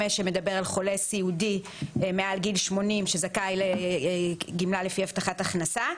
שמדבר על חולה סיעודי מעל גיל 80 שזכאי לגמלה לפי הבטחת הכנסה.